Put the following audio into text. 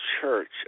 church